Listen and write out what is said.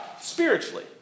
spiritually